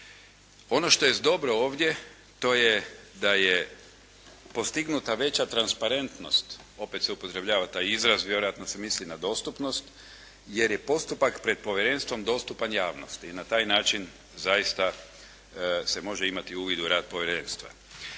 Ono što jest dobro ovdje, to je da je postignuta veća transparentnost. Opet se upotrebljava taj izraz. Vjerojatno se misli na dostupnost, jer je postupak pred povjerenstvom dostupan javnosti i na taj način zaista se može imati uvid u rad povjerenstva.